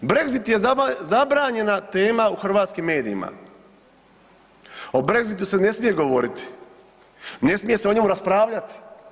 Brexit je zabranjena tema u hrvatskim medijima, o brexitu se ne smije govoriti, ne smije se o njemu raspravljati.